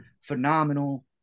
phenomenal